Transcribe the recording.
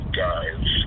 guys